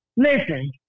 Listen